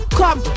come